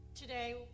today